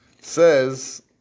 says